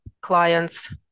clients